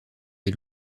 des